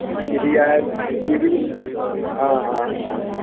मिस्त्री आए मिस्त्री हाँ हाँ हाँ